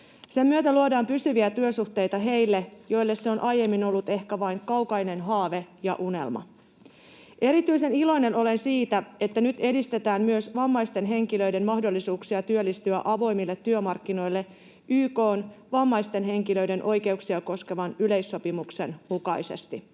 Sen myötä luodaan pysyviä työsuhteita heille, joille se on aiemmin ollut ehkä vain kaukainen haave ja unelma. Erityisen iloinen olen siitä, että nyt edistetään myös vammaisten henkilöiden mahdollisuuksia työllistyä avoimille työmarkkinoille YK:n vammaisten henkilöiden oikeuksia koskevan yleissopimuksen mukaisesti.